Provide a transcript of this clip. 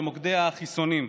במוקדי החיסונים.